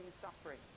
suffering